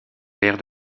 père